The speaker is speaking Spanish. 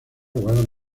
guardan